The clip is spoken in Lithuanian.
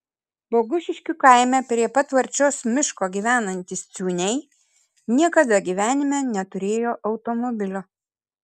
bogušiškių kaime prie pat varčios miško gyvenantys ciūniai niekada gyvenime neturėjo automobilio